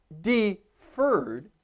deferred